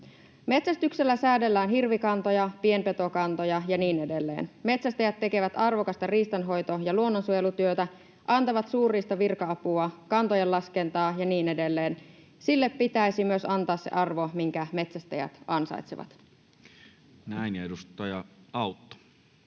Metsästyksellä säädellään hirvikantoja, pienpetokantoja ja niin edelleen. Metsästäjät tekevät arvokasta riistanhoito- ja luonnonsuojelutyötä, antavat suurriistavirka-apua, kantojen laskentaa ja niin edelleen. Sille pitäisi myös antaa se arvo, minkä metsästäjät ansaitsevat. [Speech 192]